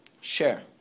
Share